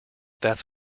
that’s